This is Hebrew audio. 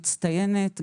מצטיינת,